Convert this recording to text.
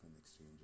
exchanges